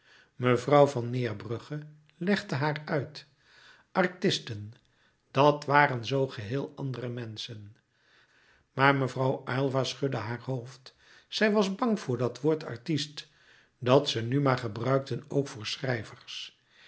mevrouw van neerbrugge legde haar uit artisten dat waren zoo geheel andere menschen maar mevrouw aylva schudde haar hoofd zij was bang voor dat woord artist dat ze nu maar gebruikten ook voor schrijvers